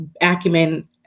acumen